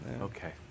Okay